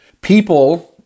people